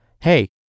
Hey